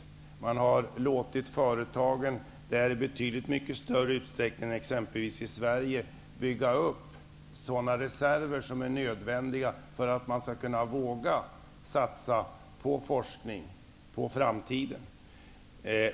Man har låtit företagen där i mycket större utsträckning än exempelvis i Sverige bygga upp sådana reserver som är nödvändiga för att de skall kunna våga satsa på forskning för framtiden.